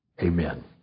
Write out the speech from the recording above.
Amen